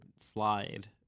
slide